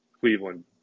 Cleveland